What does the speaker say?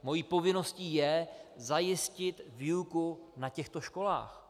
Mou povinností je zajistit výuku na těchto školách.